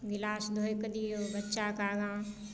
गिलास धोय कऽ दियौ बच्चाके आगाँ